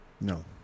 No